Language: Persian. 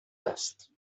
است